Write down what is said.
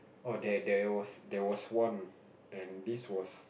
oh there there was there was one and this was